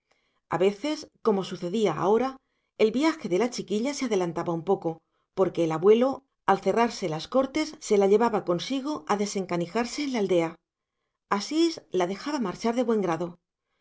a veces como sucedía ahora el viaje de la chiquilla se adelantaba un poco porque el abuelo al cerrarse las cortes se la llevaba consigo a desencanijarse en la aldea asís la dejaba marchar de buen grado